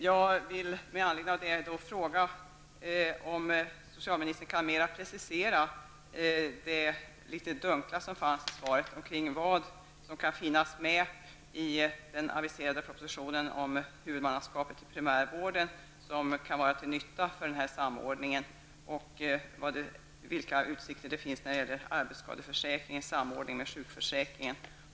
Jag vill med anledning av detta fråga om socialministern kan precisera de litet dunkla rader som finns i svaret om vad i den aviserade propositionen om huvudmannaskapet i primärvården som kan vara till nytta för den här samordningen. Vidare undrar jag vilka utsikter som finns när det gäller en samordning mellan arbetsskadeförsäkringen och sjukförsäkringen.